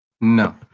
No